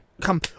come